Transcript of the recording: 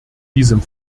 diesem